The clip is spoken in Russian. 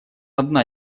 одна